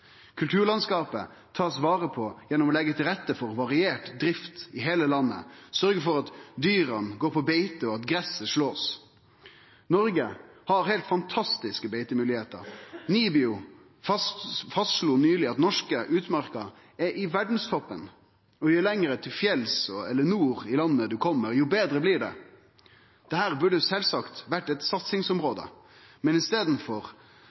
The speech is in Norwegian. Kulturlandskapet blir tatt vare på gjennom å leggje til rette for variert drift i heile landet, sørgje for at dyra går på beite, og at graset blir slått. Noreg har heilt fantastiske beitemoglegheiter. NIBIO fastslo nyleg at norsk utmark er i verdstoppen, og jo lenger til fjells eller nord i landet ein kjem, jo betre blir det. Dette burde sjølvsagt vore eit satsingsområde, men i staden